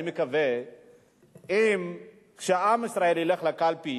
ואני מקווה שכשעם ישראל ילך לקלפי